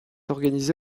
organisé